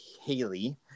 Haley